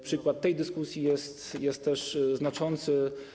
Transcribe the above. Przykład tej dyskusji jest też znaczący.